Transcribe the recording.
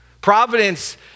Providence